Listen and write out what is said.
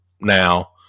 Now